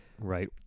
Right